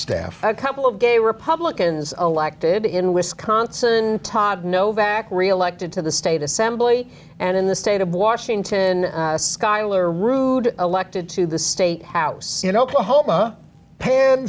staff a couple of gay republicans elected in wisconsin todd novak reelected to the state assembly and in the state of washington schuyler ruud elected to the state house in oklahoma pa